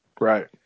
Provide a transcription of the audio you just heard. Right